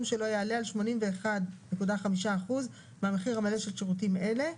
שלא יעלה על 81.5% מהמחיר המלא של שירותים אלה.